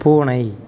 பூனை